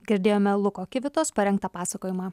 girdėjome luko kivitos parengtą pasakojimą